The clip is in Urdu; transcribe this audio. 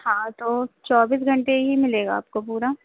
ہاں تو چوبیس گھنٹے ہی ملے گا آپ کو پورا